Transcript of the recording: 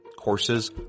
courses